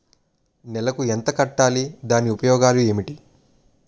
నెలకు ఎంత కట్టాలి? దాని ఉపయోగాలు ఏమిటి?